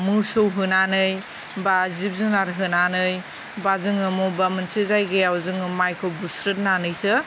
मोसौ होनानै बा जिब जुनार होनानै बा जोङो मबेबा मोनसे जायगायाव जोङो माइखौ बुस्रोदनानैसो